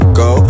go